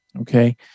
Okay